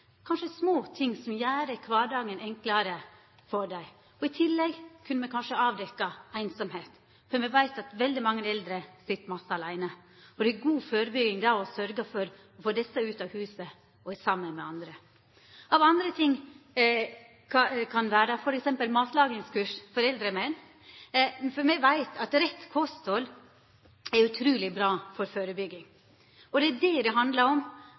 kanskje små ting som gjer kvardagen enklare for dei. I tillegg kunne me kanskje avdekkja einsemd. For me veit at veldig mange eldre sit mykje aleine. Det er god førebygging å sørgja for å få desse ut av huset og i saman med andre. Andre ting kan vera f.eks. matlagingskurs for eldre menn, for me veit at rett kosthald er utruleg bra for førebygging. Det er det det handlar om: